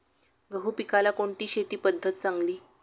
गहू पिकाला कोणती शेती पद्धत चांगली?